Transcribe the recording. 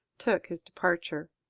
took his departure.